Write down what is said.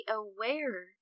aware